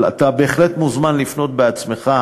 אתה בהחלט מוזמן לפנות בעצמך.